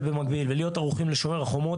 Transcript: במקביל ולהיות ערוכים ל-"שומר החומות",